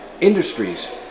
industries